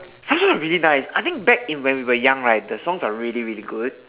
!huh! really nice I think back in when we were young right the songs are really really good